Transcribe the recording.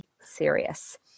serious